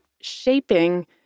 shaping